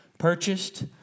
Purchased